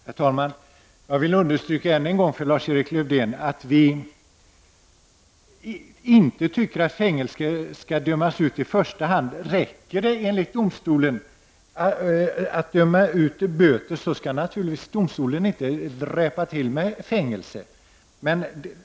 Herr talman! Jag vill än en gång understryka för Lars-Erik Lövdén att vi inte tycker att fängelsestraff skall dömas ut i första hand. Om det enligt domstolen räcker att döma ut böter skall domstolen naturligtvis inte dräpa till med fängelse.